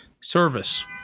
Service